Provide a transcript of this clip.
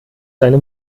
seine